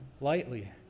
lightly